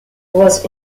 was